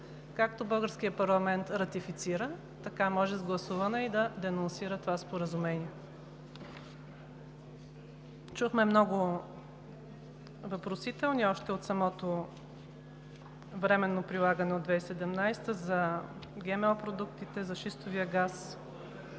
както българският парламент ратифицира, така може с гласуване и да денонсира това споразумение. Чухме много въпросителни още от самото временно прилагане от 2017 г. за ГМО продуктите, за шистовия газ